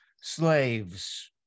slaves